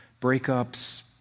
breakups